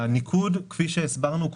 הניקוד כפי שהסברנו,